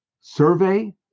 survey